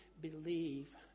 believe